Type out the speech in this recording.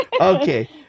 Okay